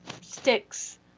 sticks